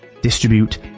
distribute